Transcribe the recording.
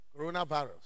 Coronavirus